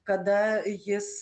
kada jis